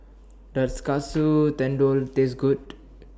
Does Katsu Tendon Taste Good